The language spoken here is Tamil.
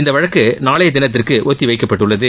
இந்த வழக்கு நாளைய தினத்திற்கு ஒத்தி வைக்கப்பட்டுள்ளது